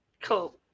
cool